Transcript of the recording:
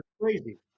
crazy